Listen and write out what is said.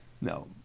No